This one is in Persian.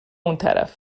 اونطرف